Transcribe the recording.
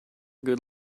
good